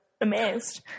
amazed